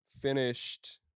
finished